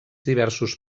diversos